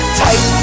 tight